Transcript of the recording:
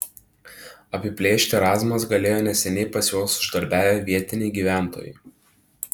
apiplėšti razmas galėjo neseniai pas juos uždarbiavę vietiniai gyventojai